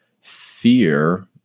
fear